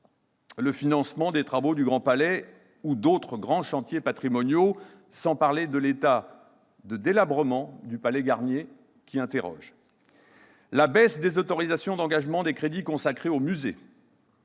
au financement des travaux du Grand Palais ou d'autres grands chantiers patrimoniaux, sans parler de l'état de délabrement du palais Garnier qui pose question. Je pense aussi à la baisse des autorisations d'engagement des crédits consacrés aux musées